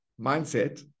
mindset